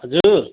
हजुर